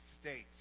States